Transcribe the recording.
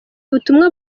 ubutumwa